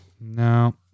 No